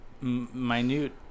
minute